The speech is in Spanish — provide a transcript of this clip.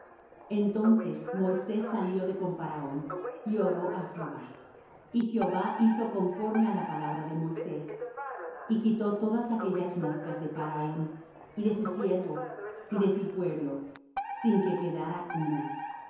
entonces moisés salió de con faraón y oró á jehová y jehová hizo conforme á la palabra de moisés y quitó todas aquellas moscas de faraón y de sus siervos y de su pueblo sin que quedara una